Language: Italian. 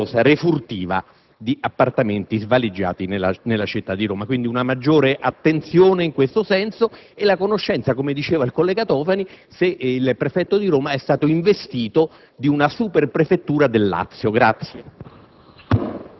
numerosa refurtiva di appartamenti svaligiati nella città di Roma. Quindi, si auspica maggiore attenzione in tal senso e di sapere, come ha detto il collega Tofani, se il prefetto di Roma è stato investito di una superprefettura del Lazio.